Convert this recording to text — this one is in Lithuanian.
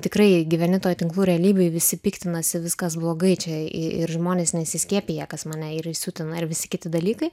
tikrai gyveni toj tinklų realybėje visi piktinasi viskas blogai čia ir žmonės nesiskiepija kas mane ir įsiutina ir visi kiti dalykai